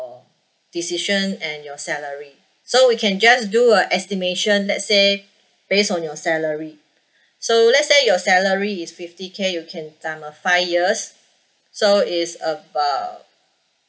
decision and your salary so we can just do a estimation let's say based on your salary so let's say your salary is fifty K you can times uh five years so it's about